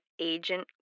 Agent